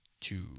Two